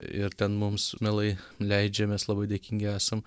ir ten mums mielai leidžia mes labai dėkingi esam